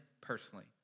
personally